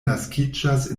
naskiĝas